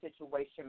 situation